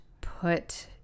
put